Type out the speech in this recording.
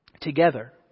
together